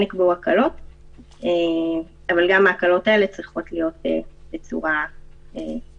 נקבעו ההקלות אבל גם ההקלות האלה צריכות להיות בצורה מידתית.